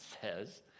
says